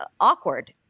awkward